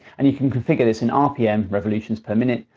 and you can configure this in rpm, revolutions per minute,